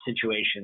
situations